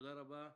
תודה רבה.